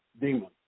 demon